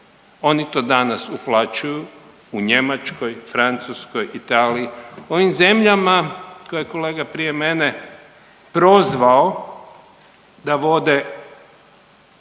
Oni to danas uplaćuju u Njemačkoj, Francuskoj, Italiji, u onim zemljama koje je kolega prije mene prozvao da vode